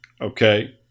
okay